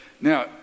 Now